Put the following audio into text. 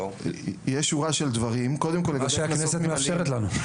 מה שהכנסת מאפשרת לנו.